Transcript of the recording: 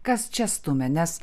kas čia stumia nes